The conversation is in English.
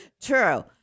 true